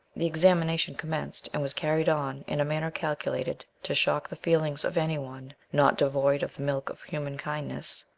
the examination commenced, and was carried on in a manner calculated to shock the feelings of any one not devoid of the milk of human kindness.